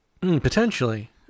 Potentially